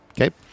Okay